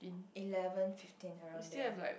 eleven fifteen around there